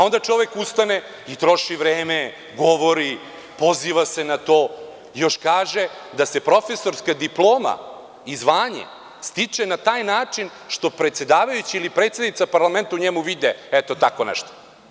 Onda čovek ustane, troši vreme, govori, poziva se na to, još kaže da se profesorska diploma i zvanje stiče na taj način što predsedavajući, ili predsednica parlamenta, u njemu vide, eto, tako nešto.